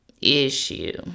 issue